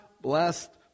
blessed